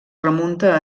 remunta